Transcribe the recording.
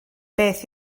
beth